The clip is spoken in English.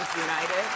United